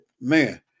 man